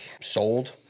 sold